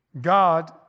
God